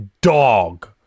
dog